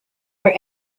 were